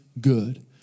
good